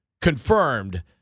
confirmed